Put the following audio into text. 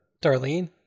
Darlene